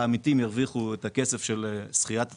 העמיתים ירוויחו את הכסף של זכיית התביעה.